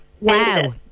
Wow